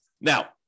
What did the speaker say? Now